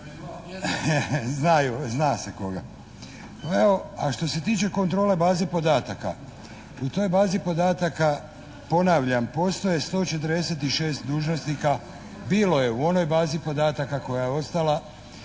zna se koga.